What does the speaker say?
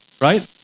right